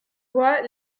voix